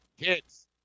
kids